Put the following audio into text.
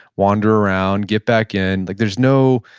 wander around, get back in. like there's no,